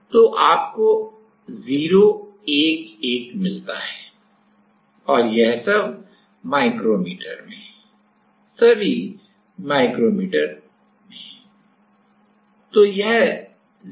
तो आपको 0 1 1 मिलता है और यह सब माइक्रोमीटर में हैं सभी माइक्रोमीटर में हैं